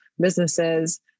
businesses